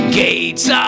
gates